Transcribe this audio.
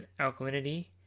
alkalinity